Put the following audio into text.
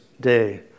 Day